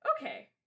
Okay